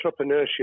entrepreneurship